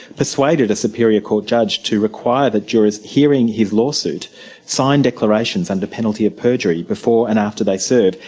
persuaded a superior court judge to require the jurors hearing his law suit sign declarations under penalty of perjury before and after they serve,